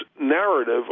narrative